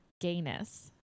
gayness